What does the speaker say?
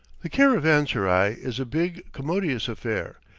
the caravanserai is a big, commodious affair,